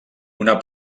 una